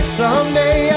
someday